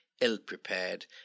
ill-prepared